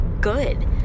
good